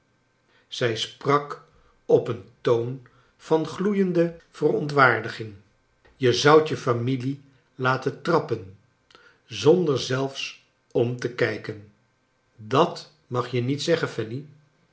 zij sprak op een toon van gloeiende charles dickens verontwaardiging je zoudt je familie laten trappen zonder zelfs om te kijken dat mag je niet zeggen fanny